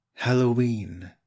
Halloween